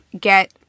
get